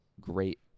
great